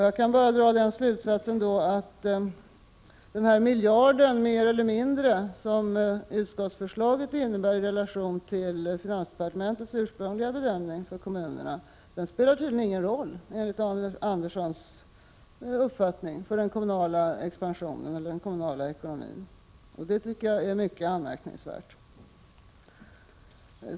Jag kan bara dra den slutsatsen att miljarden mer eller mindre i relation till finansdepartementets ursprungliga bedömning tydligen inte spelar någon roll, enligt Arne Anderssons uppfattning, för den kommunala expansionen och ekonomin. Det tycker jag är mycket anmärkningsvärt.